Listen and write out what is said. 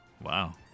Wow